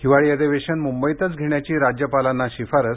हिवाळी अधिवेशन मुंबईतच घेण्याची राज्यपालांना शिफारस